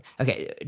Okay